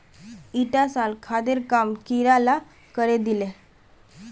ईटा साल खादेर काम कीड़ा ला करे दिले